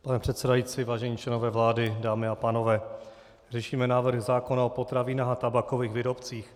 Pane předsedající, vážení členové vlády, dámy a pánové, řešíme návrh zákona o potravinách a tabákových výrobcích.